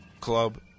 Club